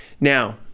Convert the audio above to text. now